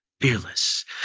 fearless